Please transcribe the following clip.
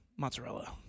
Mozzarella